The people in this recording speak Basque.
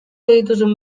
dituzun